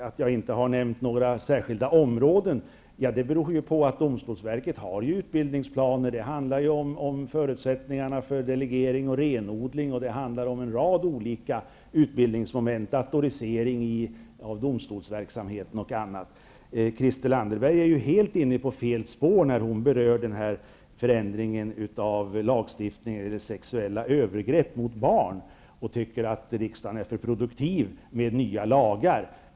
Att jag inte har nämnt några särskilda områden beror på att domstolsverket har utbildningsplaner. Det handlar om förutsättningarna för delegering och renodling. Det handlar om en rad olika utbildningsmoment, datorisering av domstolsverket och annat. Christel Anderberg är inne på helt fel spår när hon berör förändringen av lagstiftningen om sexuella övergrepp mot barn och tycker att riksdagen är för produktiv med nya lagar.